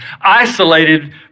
Isolated